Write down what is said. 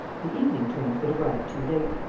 the evening-trains would arrive too late.